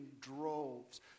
droves